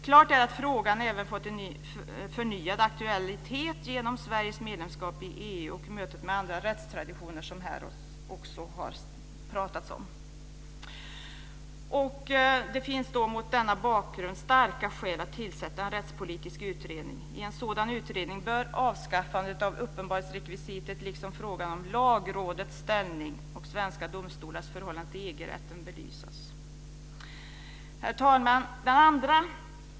Klart är att frågan även fått en förnyad aktualitet genom Sveriges medlemskap i EU och mötet med andra rättstraditioner, som det också har pratats om här. Det finns mot denna bakgrund starka skäl att tillsätta en rättspolitisk utredning. I en sådan utredning bör avskaffandet av uppenbarhetsrekvisitet liksom frågan om Lagrådets ställning och svenska domstolars förhållande till EG-rätten belysas. Herr talman!